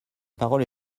parole